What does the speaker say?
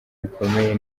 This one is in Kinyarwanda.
bikomeye